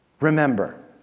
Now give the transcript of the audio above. Remember